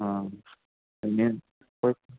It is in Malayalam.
ആണ്